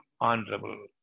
honorable